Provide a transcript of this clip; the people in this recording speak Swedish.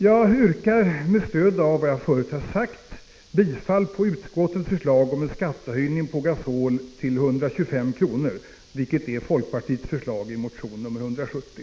Jag yrkar med stöd av vad jag förut har sagt bifall till utskottets förslag om en skattehöjning på gasol till 125 kr., vilket är folkpartiets förslag i motion 170.